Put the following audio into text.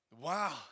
wow